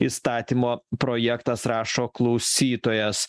įstatymo projektas rašo klausytojas